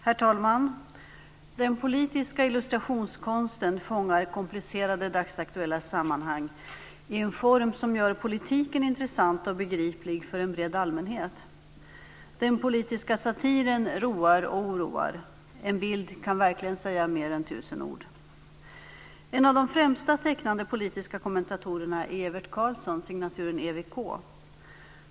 Herr talman! Den politiska illustrationskonsten fångar komplicerade dagsaktuella sammanhang i en form som gör politiken intressant och begriplig för en bred allmänhet. Den politiska satiren roar och oroar. En bild kan verkligen säga mer än tusen ord. En av de främsta tecknande politiska kommentatorerna är Evert Karlsson, signaturen EWK.